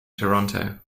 toronto